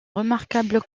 remarquable